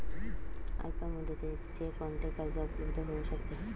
अल्पमुदतीचे कोणते कर्ज उपलब्ध होऊ शकते?